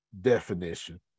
definition